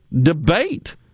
debate